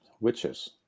witches